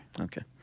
Okay